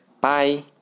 Bye